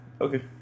Okay